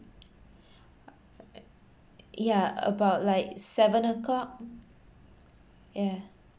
ya about like seven o'clock yeah